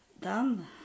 done